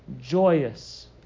Joyous